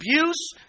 abuse